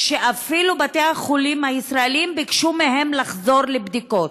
שאפילו בתי-החולים הישראליים ביקשו מהן לחזור לבדיקות.